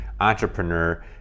entrepreneur